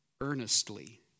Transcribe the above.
earnestly